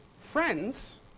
friends